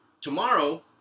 tomorrow